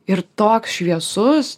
ir toks šviesus